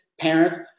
parents